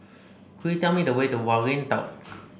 could you tell me the way to Waringin Walk